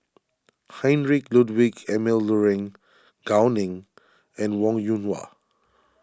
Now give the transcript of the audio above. Heinrich Ludwig Emil Luering Gao Ning and Wong Yoon Wah